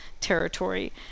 territory